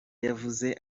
yavuze